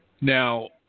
Now